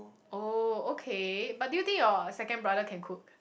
oh okay but do you think your second brother can cook